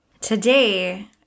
Today